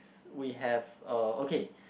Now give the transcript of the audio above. we have uh okay